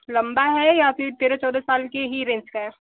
लम्बा है या फिर तेरह चौदह साल की ही रेंज का है